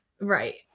Right